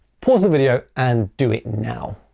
pause the video and do it now.